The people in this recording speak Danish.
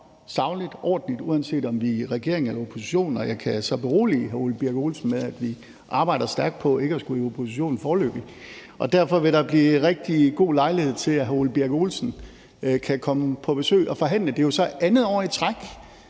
sagligt og ordentligt, uanset om vi er i regering eller i opposition, og jeg kan så berolige hr. Ole Birk Olesen med, at vi arbejder stærkt på ikke at skulle i opposition foreløbig. Derfor vil der blive rigtig god lejlighed til, at hr. Ole Birk Olesen kan komme på besøg og forhandle. Det er jo så andet år i træk,